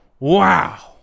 Wow